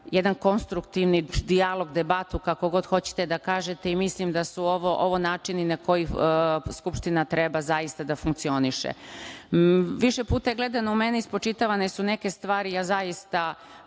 jedan konstruktivni dijalog, debatu, kako god hoćete da kažete, i mislim da su ovo načini na koji Skupština treba da funkcioniše. Više puta je gledano u mene i spočitavane su neke stvari i zaista